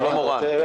תודה.